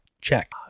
Check